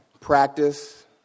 practice